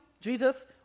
Jesus